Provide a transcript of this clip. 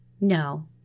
No